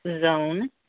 zone